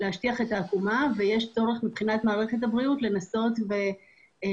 להשטיח את העקומה ויש צורך לנסות למנוע